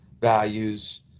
values